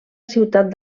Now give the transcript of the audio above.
ciutat